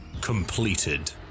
completed